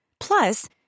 Plus